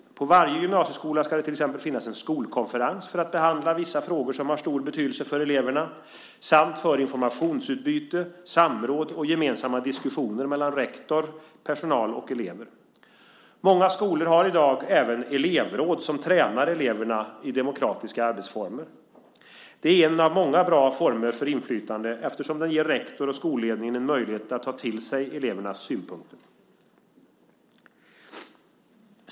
På varje gymnasieskola ska det till exempel finnas en skolkonferens för att behandla vissa frågor som har stor betydelse för eleverna samt för informationsutbyte, samråd och gemensamma diskussioner mellan rektor, personal och elever. Många skolor har i dag även elevråd som tränar eleverna i demokratiska arbetsformer. Det är en av många bra former för inflytande eftersom den ger rektor och skolledning en möjlighet att ta till sig elevernas synpunkter.